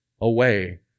away